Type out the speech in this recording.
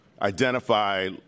identify